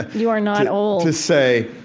you are not old, to say,